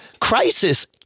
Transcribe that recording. crisis